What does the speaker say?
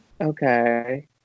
okay